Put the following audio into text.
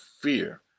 fear